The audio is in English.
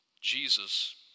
Jesus